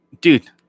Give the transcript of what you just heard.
Dude